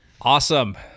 Awesome